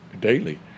daily